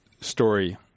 story